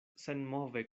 senmove